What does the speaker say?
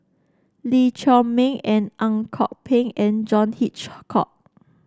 Lee Chiaw Meng Ang Kok Peng and John Hitchcock